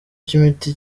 cy’imiti